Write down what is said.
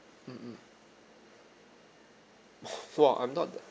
mm mm !wah! I'm not that